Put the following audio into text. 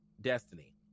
destiny